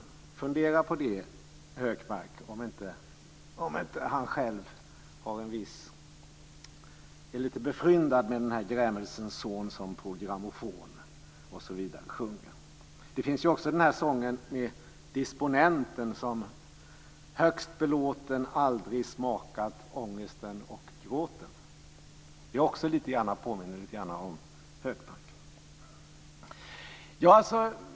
Fundera på, Hökmark, om han inte är befryndad med grämelsens son som sjunger på grammofon osv. Det finns också sången om disponenten, som högst belåten aldrig smakat ångesten och gråten. Det påminner också lite grann om Hökmark.